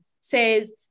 says